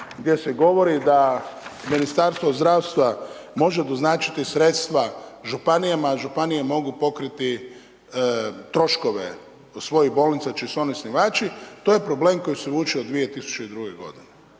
gdje se govori da Ministarstvo zdravstva može doznačiti sredstva županijama a županije mogu pokriti troškove svojih bolnica čiji su one osnivači, to je problem koji vuče od 2002. g.